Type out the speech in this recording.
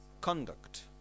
conduct